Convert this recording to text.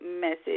message